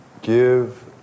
give